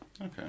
Okay